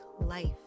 life